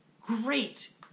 great